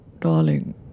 Darling